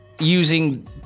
using